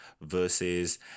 versus